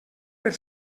per